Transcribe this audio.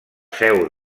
seu